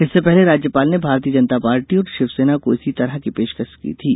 इससे पहले राज्यपाल ने भारतीय जनता पार्टी और शिवसेना को इसी तरह की पेशकश की थी